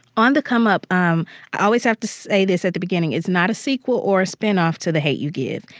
on the come up um i always have to say this at the beginning is not a sequel or a spin-off to the hate u give.